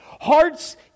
Hearts